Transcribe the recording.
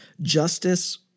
justice